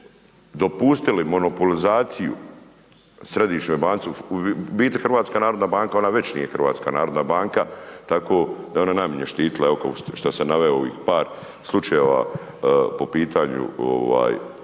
dopustili monopolizaciju Središnjoj banci, u biti HNB ova već nije Hrvatska narodna banka, tako da je ona najmanje štitila i oko što sam naveo par slučajeva po pitanju naše tj.